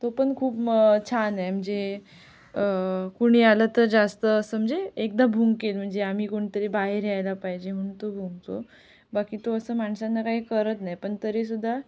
तो पण खूप म छान आहे म्हणजे कुणी आलं तर जास्त असं म्हणजे एकदा भुंकेल म्हणजे आम्ही कोणीतरी बाहेर यायला पाहिजे म्हणून तो भुंकतो बाकी तो असं माणसांना काही करत नाही पण तरीसुद्धा